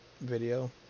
video